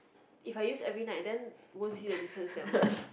if I use every night then won't see the different that much